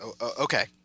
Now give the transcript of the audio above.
Okay